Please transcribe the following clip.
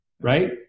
right